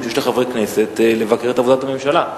שיש לחברי הכנסת לבקר את עבודת הממשלה.